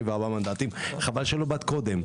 חבל שלא באת קודם.